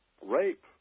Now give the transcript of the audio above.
rape